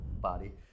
body